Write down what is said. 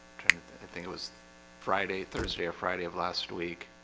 think it was friday thursday or friday of last week